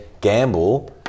Gamble